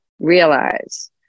realize